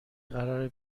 قراره